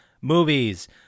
Movies